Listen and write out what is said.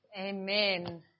Amen